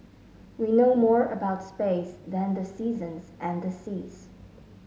we know more about space than the seasons and the seas